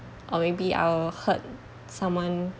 or maybe I'll hurt someone